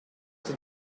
have